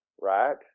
right